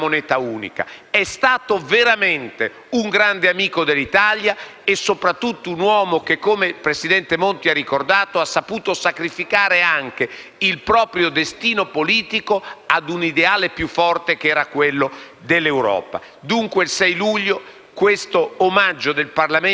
e, soprattutto, un uomo che, come il presidente Monti ha ricordato, ha saputo sacrificare anche il proprio destino politico ad un ideale più forte, che era quello dell'Europa. Dunque, il 4 luglio questo omaggio del Parlamento italiano credo sia doveroso e necessario.